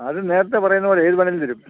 അത് നേരത്തെ പറയുന്നത് പോലെ ഏത് വേണമെങ്കിലും തരും